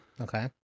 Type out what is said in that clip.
Okay